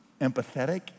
empathetic